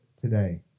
today